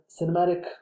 cinematic